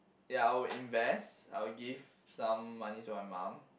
ya I would invest I would give some money to my mum